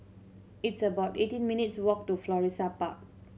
it's about eighteen minutes' walk to Florissa Park